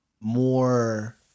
more